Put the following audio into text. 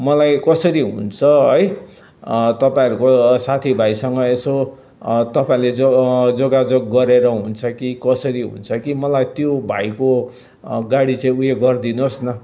मलाई कसरी हुन्छ है तपाईँहरूको साथीभाइसँग यसो तपाईँले जो योगायोग गरेर हुन्छ कि कसरी हुन्छ कि मलाई त्यो भाइको गाडी चाहिँ ऊ यो गरिदिनुहोस् न